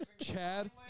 Chad